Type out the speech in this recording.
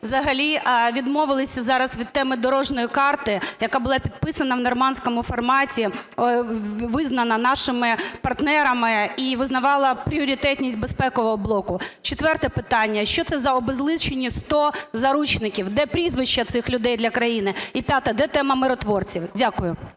взагалі відмовилися зараз від теми дорожньої карти, яка була підписана в "нормандському форматі", визнана нашими партнерами і визнавала пріоритетність безпекового блоку? Четверте питання. Що це за обезличені сто заручників, де прізвища цих людей для країни? І п'яте. Де тема миротворців? Дякую.